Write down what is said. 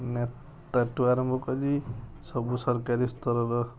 ନେତା ଠୁ ଆରମ୍ଭ କରି ସବୁ ସରକାରୀସ୍ତରର